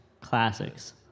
Classics